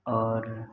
और